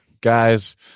guys